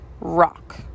rock